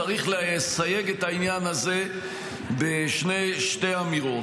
צריך לסייג את העניין הזה בשתי אמירות.